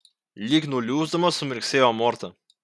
lyg nuliūsdama sumirksėjo morta